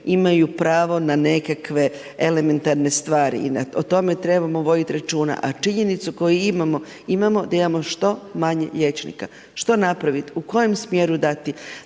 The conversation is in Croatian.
imaju pravo na nekakve elementarne stvari i o tome trebamo vodit računa. A činjenicu koju imamo, imamo da imamo što manje liječnika. Što napravit, u kojem smjeru dati?